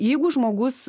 jeigu žmogus